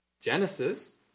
Genesis